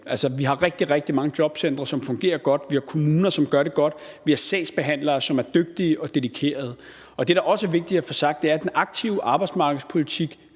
Altså, vi har rigtig, rigtig mange jobcentre, som fungerer godt, vi har kommuner, som gør det godt, vi har sagsbehandlere, som er dygtige og dedikerede. Det, der er vigtigt at få sagt, er, at den aktive arbejdsmarkedspolitik